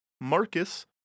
Marcus